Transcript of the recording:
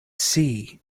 sea